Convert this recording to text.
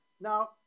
Now